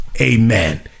amen